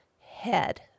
head